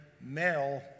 male